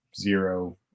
zero